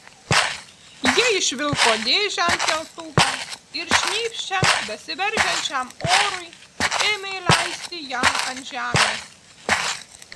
jie išvilko dėžę ant keltuvo ir šnypščiant besiveržiančiam orui ėmė leisti ją ant žemės